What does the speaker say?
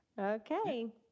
Okay